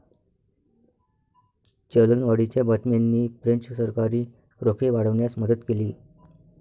चलनवाढीच्या बातम्यांनी फ्रेंच सरकारी रोखे वाढवण्यास मदत केली